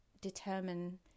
determine